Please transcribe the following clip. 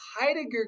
Heidegger